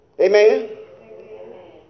Amen